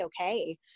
okay